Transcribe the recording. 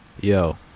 Yo